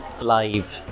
live